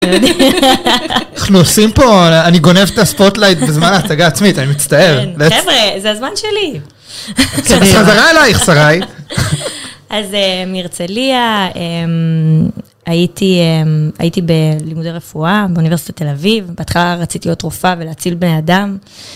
איך נוסעים פה? אני גונב את הספוטלייט בזמן ההצגה העצמית, אני מצטער. כן, חבר'ה, זה הזמן שלי. חזרה עלייך, שרי. אז מהרצליה, הייתי בלימודי רפואה באוניברסיטת תל אביב. בהתחלה רציתי להיות רופאה ולהציל בני אדם.